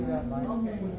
Okay